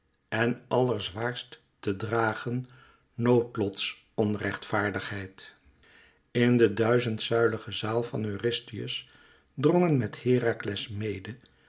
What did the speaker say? en allerzwaarst te dragen noodlots onrechtvaardigheid in de duizendzuilige zaal van eurystheus drongen met herakles mede